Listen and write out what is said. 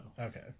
Okay